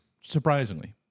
surprisingly